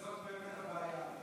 זאת באמת הבעיה.